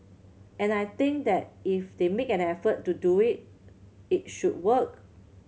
and I think that if they make an effort to do it it should work